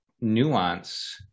nuance